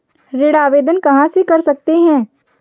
ऋण आवेदन कहां से कर सकते हैं?